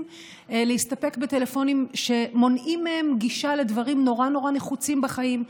להסתפק בטלפונים שמונעים מהם גישה לדברים נורא נורא נחוצים בחיים,